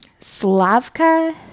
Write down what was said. Slavka